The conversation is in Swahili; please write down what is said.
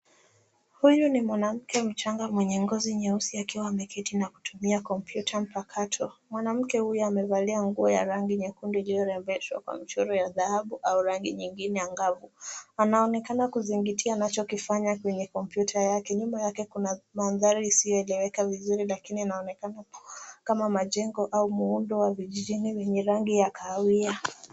Huyu ni mwanamke mchanga mwenye ngozi nyeusi akiwa ameketi na kutumia kompyuta mpakato. Mwanamke huyo amevalia nguo ya rangi nyekundu iliyorembeshwa kwa michoro ya dhahabu au rangi nyingine angavu. Anaonekana kuzingatia anchofanya kwenye kompyuta yake. Nyuma yake kuna mandhari isiyoeleweka vizuri lakini inaonekana kama majengo au miundo ya vijijni yenye rangi ya kahawia.